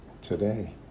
today